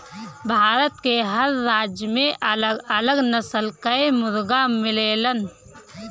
भारत के हर राज्य में अलग अलग नस्ल कअ मुर्गा मिलेलन